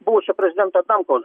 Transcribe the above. buvusio prezidento adamkaus